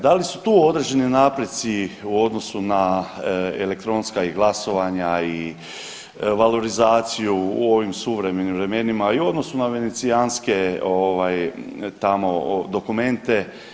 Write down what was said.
Da li su tu određeni napredci u odnosu na elektronska i glasovanja i valorizaciju u ovim suvremenim vremenima i u odnosu na venecijanske tamo dokumente?